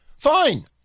Fine